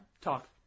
Talk